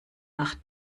nach